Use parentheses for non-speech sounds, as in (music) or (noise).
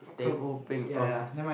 teh O Peng (noise)